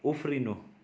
उफ्रिनु